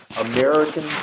American